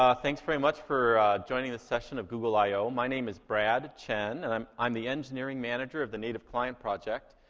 um thanks very much for joining this session of google io. my name is brad chen, and i'm i'm the engineering manager of the native client project.